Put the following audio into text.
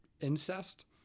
incest